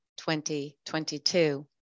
2022